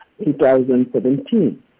2017